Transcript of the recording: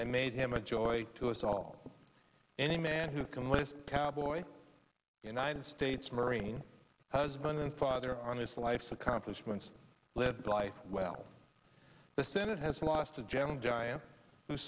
and made him a joy to us all any man who can list cowboy united states marine husband and father on his life's accomplishments lived a life well the senate has lost a gentle giant who